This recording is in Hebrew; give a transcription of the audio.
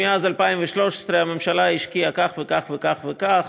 מאז 2013 הממשלה השקיעה כך וכך וכך וכך,